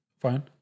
fine